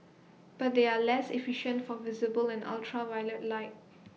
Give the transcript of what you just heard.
but they are less efficient for visible and ultraviolet light